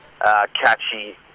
catchy